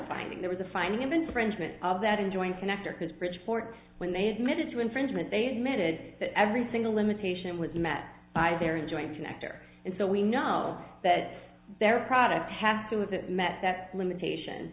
fine there was a finding of infringement of that enjoying connector because bridgeport when they admitted to infringement they admitted that every single limitation was met by their enjoying connector and so we know that their products have to have it met that limitation